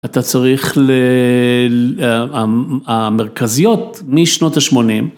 אתה צריך ל... ה, ה, המרכזיות, משנות השמונים.